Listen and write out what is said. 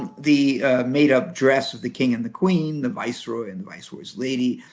um the made-up dress of the king and the queen, the viceroy and the viceroy's lady,